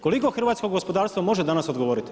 Koliko hrvatsko gospodarstvo može danas odgovoriti?